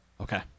Okay